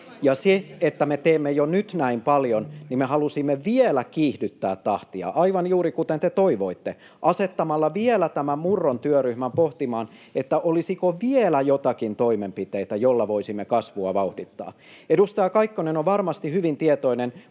Ja vaikka me teemme jo nyt näin paljon, niin me halusimme vielä kiihdyttää tahtia, aivan juuri kuten te toivoitte, asettamalla vielä tämän Murron työryhmän pohtimaan, olisiko vielä jotakin toimenpiteitä, joilla voisimme kasvua vauhdittaa. Edustaja Kaikkonen on varmasti hyvin tietoinen, muutamia